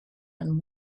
and